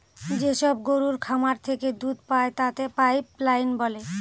যেসব গরুর খামার থেকে দুধ পায় তাতে পাইপ লাইন থাকে